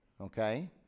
okay